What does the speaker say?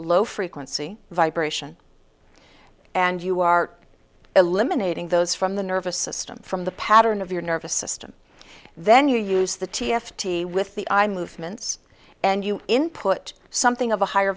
low frequency vibration and you are eliminating those from the nervous system from the pattern of your nervous system then you use the t f t with the eye movements and you input something of a higher